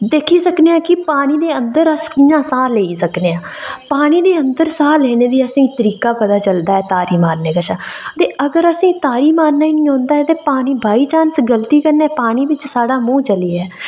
ते दिक्खी सकना आं कि अस पानी दे अंदर कि'यां साह् लेई सकने आं ते पानी दे अंदर असेंगी साह् लैने दा तरीका पता चलदा ऐ ते तारी मारने कशा अगर असेंगी तारी मारने निं औंदा ऐ ते पानी बिच बॉय चांस साढ़ा मूंह् चली जा